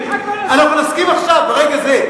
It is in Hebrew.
נסכים ברגע זה.